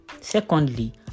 Secondly